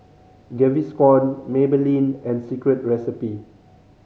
Gaviscon Maybelline and Secret Recipe